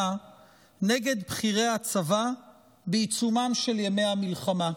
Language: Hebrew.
נגד בכירי הצבא בעיצומם של ימי המלחמה.